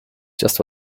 just